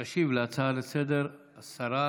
תשיב על ההצעה לסדר-היום השרה